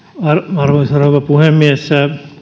arvoisa rouva puhemies